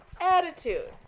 attitude